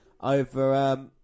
over